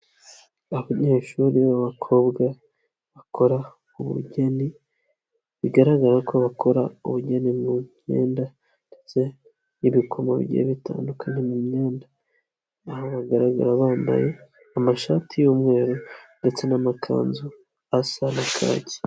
Abanyeshuri b'abakobwa bakora ubugeni, bigaragara ko bakora ubugeni mu myenda ndetse n'ibikomo bigiye bitandukanye mu myenda, aha haragaragara abambaye amashati y'umweru ndetse n'amakanzu asa na kaki.